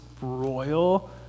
royal